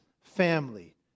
family